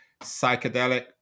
psychedelic